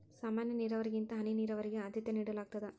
ಸಾಮಾನ್ಯ ನೇರಾವರಿಗಿಂತ ಹನಿ ನೇರಾವರಿಗೆ ಆದ್ಯತೆ ನೇಡಲಾಗ್ತದ